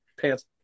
pants